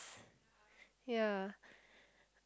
ya